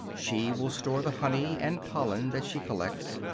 she will store the honey and pollen that she collects,